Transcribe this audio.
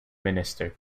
minister